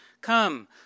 come